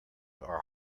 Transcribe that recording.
are